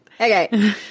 Okay